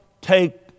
take